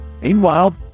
Meanwhile